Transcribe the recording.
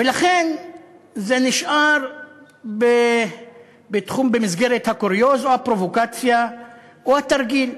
ולכן זה נשאר במסגרת הקוריוז או הפרובוקציה או התרגיל.